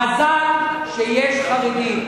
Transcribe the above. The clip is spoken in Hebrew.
אני אומר לכם: מזל שיש חרדים.